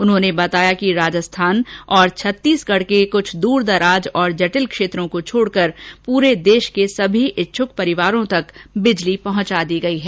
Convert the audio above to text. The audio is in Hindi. उन्होंने बताया कि राजस्थान और छतीसगढ के कुछ दूरदराज और जटिल क्षेत्रों को छोडकर पूरे देश के सभी इच्छुक परिवारों तक बिजली पहुंचा दी गई है